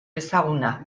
ezaguna